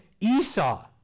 Esau